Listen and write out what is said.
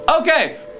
okay